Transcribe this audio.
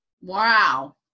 Wow